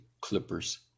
Clippers